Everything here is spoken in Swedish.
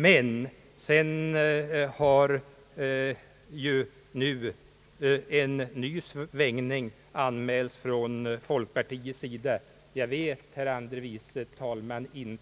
Men nu har en ny svängning anmälts från folkpartiets sida — jag vet inte, herr andre vice talman,